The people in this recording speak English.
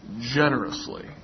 generously